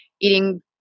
eating